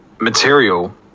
Material